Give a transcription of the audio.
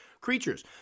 creatures